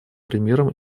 примером